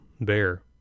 bear